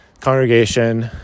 congregation